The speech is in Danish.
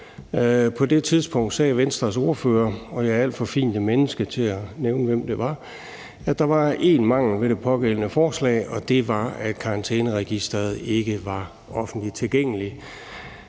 På det tidspunkt sagde Venstres ordfører – og jeg er alt for fint et menneske til at nævne, hvem det var – at der var én mangel ved det pågældende forslag, og det var, at karantæneregistreret ikke var offentligt tilgængeligt.